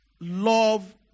love